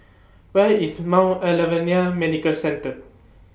Where IS Mount Alvernia Medical Centre